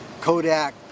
Kodak